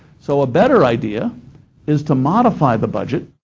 so a better idea is to modify the budget.